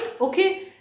okay